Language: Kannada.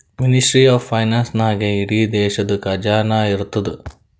ಮಿನಿಸ್ಟ್ರಿ ಆಫ್ ಫೈನಾನ್ಸ್ ನಾಗೇ ಇಡೀ ದೇಶದು ಖಜಾನಾ ಇರ್ತುದ್